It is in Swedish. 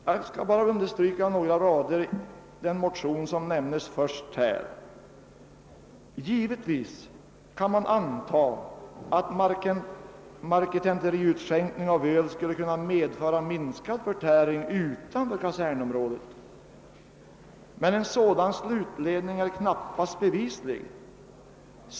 Jag skall be att få stryka under vad som står på några rader i den motion, som nämns först i utskottets utlåtande, nämligen följande: »Givetvis kan man antaga att marketenteriutskänkning av öl skulle kunna medföra minskad förtäring utanför kasernområdet, men en sådan slutledning är knappast bevislig.